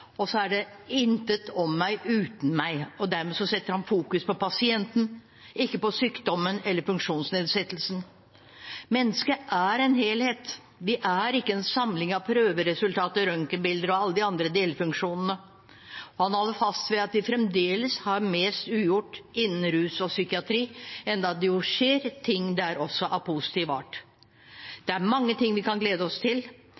og så er det Ingenting om meg uten meg – og dermed fokuserer han på pasienten, ikke på sykdommen eller funksjonsnedsettelsen. Mennesket er en helhet; ikke en samling av prøveresultater, røntgenbilder og alle de andre delfunksjonene. Han holder fast ved at vi fremdeles har mest ugjort innen rus og psykiatri, enda det skjer ting der også av positiv art. Det er mange ting vi kan glede oss